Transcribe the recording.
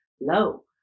low